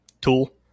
Tool